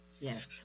Yes